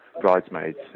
bridesmaids